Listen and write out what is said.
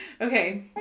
Okay